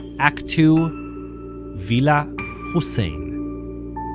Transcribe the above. act two villa hussein